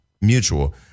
mutual